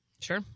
Sure